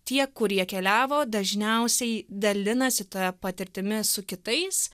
tie kurie keliavo dažniausiai dalinasi ta patirtimi su kitais